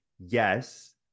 yes